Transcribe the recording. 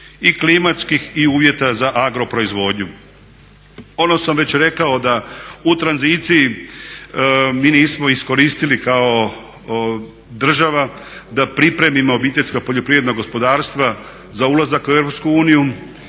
i klimatskih i uvjeta za agroproizvodnju. Ono sam već rekao da u tranziciji mi nismo iskoristili kao država da pripremimo OPG-e za ulazak u